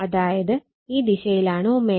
അതായത് ഈ ദിശയിലാണ് ω